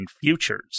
futures